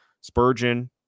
Spurgeon